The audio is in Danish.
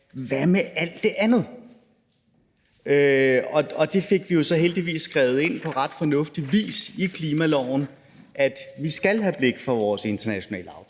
ske med alt det andet. Vi fik jo så heldigvis skrevet ind på ret fornuftig vis i klimaloven, at vi skal have blik for vores internationale aftryk